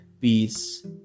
peace